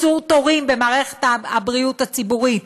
לקיצור תורים במערכת הבריאות הציבורית,